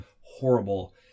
horrible